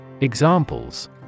Examples